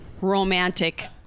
Romantic